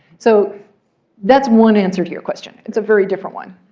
so that's one answer to your question. it's a very different one.